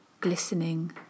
glistening